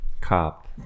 cop